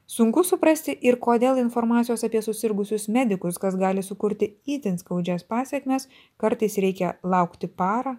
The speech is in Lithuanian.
sunku suprasti ir kodėl informacijos apie susirgusius medikus kas gali sukurti itin skaudžias pasekmes kartais reikia laukti parą